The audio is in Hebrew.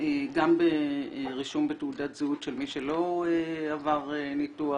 גם ברישום בתעודת זהות של מי שלא עבר ניתוח,